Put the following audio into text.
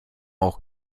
auch